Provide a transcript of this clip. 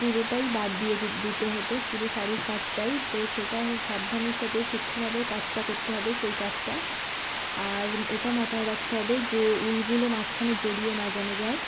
পুরোটাই বাদ দিয়ে দিতে হতো পুরো শাড়ির কাজটাই তো সেটা সাবধানের সাথে সূক্ষ্মভাবে কাজটা করতে হবে সেই কাজটা আর এটা মাথায় রাখতে হবে যে উলগুলো মাঝখানে জড়িয়ে না যেন যায়